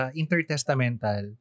intertestamental